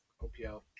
OPL